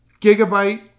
Gigabyte